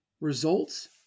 Results